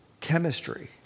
Chemistry